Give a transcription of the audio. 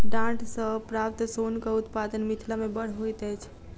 डांट सॅ प्राप्त सोनक उत्पादन मिथिला मे बड़ होइत अछि